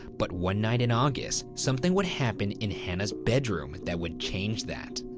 but one night in august, something would happen in hannah's bedroom that would change that.